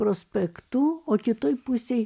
prospektu o kitoj pusėj